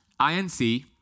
INC